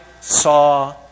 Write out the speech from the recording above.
saw